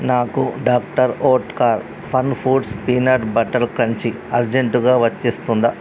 నాకు doctor Oetker fun foods peanut butter crunchy అర్జెంటుగా వచ్చేస్తుందా